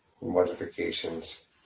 modifications